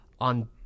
on